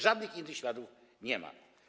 Żadnych innych śladów nie ma.